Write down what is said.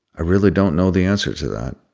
i really don't know the answer to that.